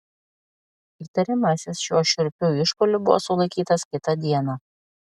įtariamasis šiuo šiurpiu išpuoliu buvo sulaikytas kitą dieną